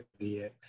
DX